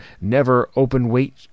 never-open-weight